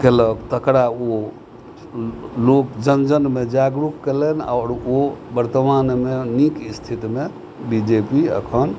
केलक तकरा ओ लोकजन जनमे जागरूक केलनि आओर ओ वर्तमानमे नीक स्थितमे बी जे पी अखन